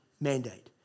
mandate